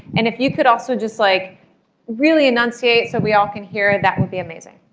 and if you could also just like really enunciate so we all can hear, that would be amazing.